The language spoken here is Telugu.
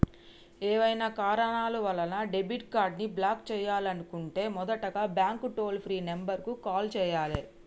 ఏవైనా కారణాల వలన డెబిట్ కార్డ్ని బ్లాక్ చేయాలనుకుంటే మొదటగా బ్యాంక్ టోల్ ఫ్రీ నెంబర్ కు కాల్ చేయాలే